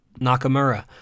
Nakamura